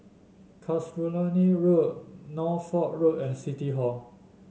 Casuarina Road Norfolk Road and City Hall